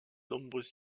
nombreux